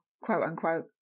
quote-unquote